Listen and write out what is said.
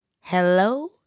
Hello